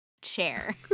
chair